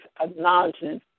acknowledging